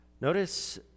Notice